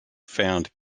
found